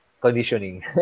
conditioning